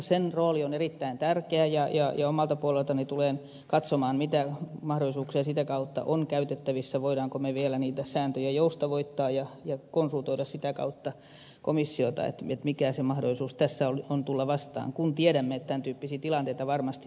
sen rooli on erittäin tärkeä ja omalta puoleltani tulen katsomaan mitä mahdollisuuksia sitä kautta on käytettävissä voimmeko me vielä niitä sääntöjä joustavoittaa ja konsultoida sitä kautta komissiota mikä se mahdollisuus tässä on tulla vastaan kun tiedämme että tämän tyyppisiä tilanteita varmasti tulee